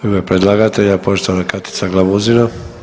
U ime predlagatelja poštovana Katica Glamuzina.